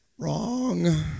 Wrong